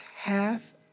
half